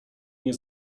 nie